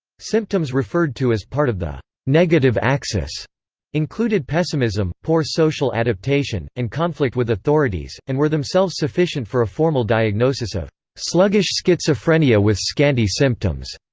symptoms referred to as part of the negative axis included pessimism, poor social social adaptation, and conflict with authorities, and were themselves sufficient for a formal diagnosis of sluggish schizophrenia with scanty symptoms.